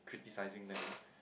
criticising them